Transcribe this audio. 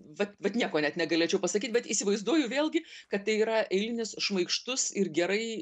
vat vat nieko net negalėčiau pasakyt bet įsivaizduoju vėlgi kad tai yra eilinis šmaikštus ir gerai